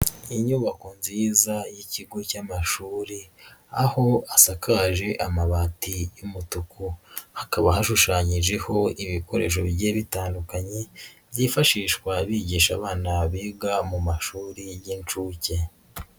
Inyubako nziza y'ikigo cy'amashuri aho asakaje amabati y'umutuku, hakaba hashushanyijeho ibikoresho bigiye bitandukanye, byifashishwa bigisha abana biga mu mashuri y'inshuke.